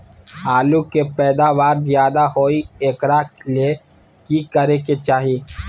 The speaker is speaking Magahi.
आलु के पैदावार ज्यादा होय एकरा ले की करे के चाही?